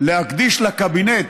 להקדיש לקבינט